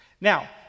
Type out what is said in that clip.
Now